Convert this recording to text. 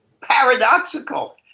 Paradoxical